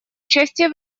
участие